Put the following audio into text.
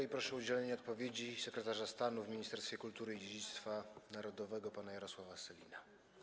I proszę o udzielenie odpowiedzi sekretarza stanu w Ministerstwie Kultury i Dziedzictwa Narodowego pana Jarosława Sellina.